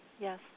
Yes